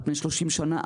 על פני 30 שנה.